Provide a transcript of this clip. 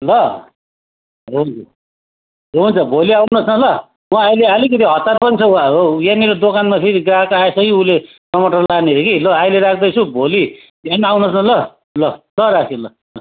ल हुन्छ हुन्छ भोलि आउनुहोस् न ल म अहिले आलिकति हतार पनि छ यहाँ हाम्रो यहाँनिर दोकानमा फेरि ग्राहाक आएछ कि उसले टमाटर लने अरे कि ल अहिले राख्दैछु भोलि बिहान आउनुहोस् न ल ल राखेँ ल ल